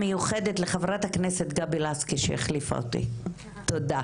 לחברת הכנסת גבי לסקי שהחליפה אותי, תודה.